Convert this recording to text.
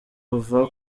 uva